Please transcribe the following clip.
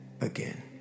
again